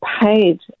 paid